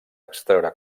extreure